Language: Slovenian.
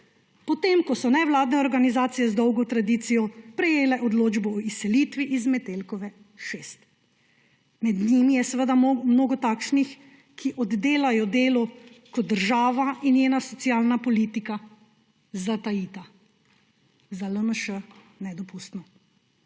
potem ko so nevladne organizacije z dolgo tradicijo prejele odločbo o izselitvi z Metelkove 6. Med njimi je seveda mnogo takšnih, ki oddelajo delo, ko država in njena socialna politika zatajita. Za LMŠ nedopustno.